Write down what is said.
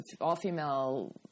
all-female